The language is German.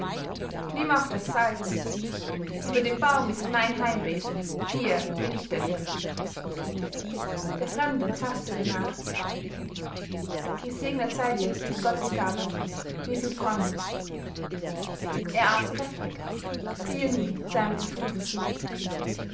nimm auch das salz unter dem baum ist mein heimwesen hier bin ich der wirt der fremde faßte danach gesegnet sei dir die gottesgabe wir sind freunde er aß kräftig der jüngling sah ihm zufrieden zu